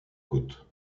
côte